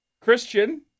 Christian